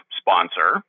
sponsor